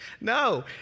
No